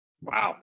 wow